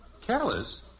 Careless